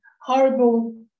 horrible